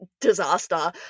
disaster